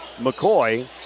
McCoy